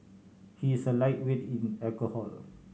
he is a lightweight in alcohol